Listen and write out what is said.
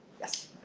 yes.